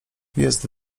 jest